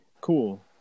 cool